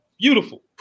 beautiful